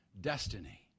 destiny